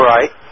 Right